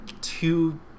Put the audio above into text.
two